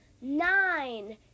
Nine